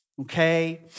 okay